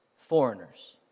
foreigners